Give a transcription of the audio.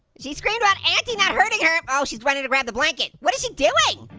she screamed about auntie not hurting her. oh, she's running around the blanket, what is she doing?